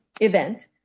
event